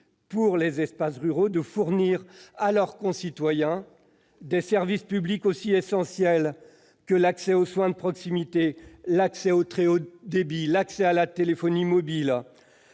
pour les espaces ruraux, de fournir à la population des services publics aussi essentiels que l'accès aux soins de proximité, au très haut débit ou à la téléphonie mobile